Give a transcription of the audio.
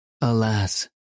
Alas